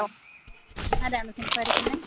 ഓ ആരാണ് സംസാരിക്കുന്നത്